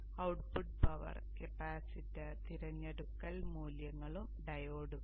output power capacitor തിരഞ്ഞെടുക്കൽ മൂല്യങ്ങളും ഡയോഡുകളും